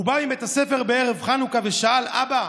הוא בא מבית הספר בערב חנוכה ושאל: אבא,